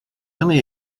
only